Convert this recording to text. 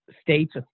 states